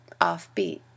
offbeat